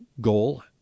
goal